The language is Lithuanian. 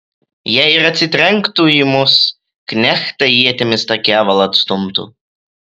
jei ir atsitrenktų į mus knechtai ietimis tą kevalą atstumtų